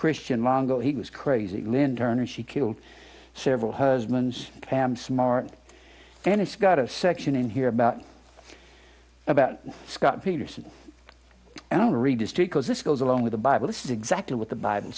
christian longo he was crazy lynn turner she killed several husbands fam smart and it's got a section in here about about scott peterson i don't read history because this goes along with the bible this is exactly what the bible